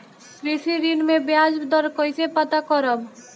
कृषि ऋण में बयाज दर कइसे पता करब?